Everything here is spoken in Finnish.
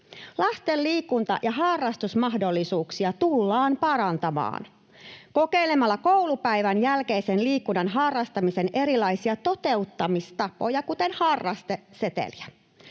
Lasten liikunta- ja harrastusmahdollisuuksia tullaan parantamaan kokeilemalla koulupäivän jälkeisen liikunnan harrastamisen erilaisia toteuttamistapoja, kuten harrasteseteliä.